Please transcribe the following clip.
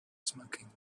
smoking